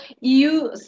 EU